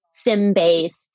SIM-based